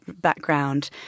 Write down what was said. background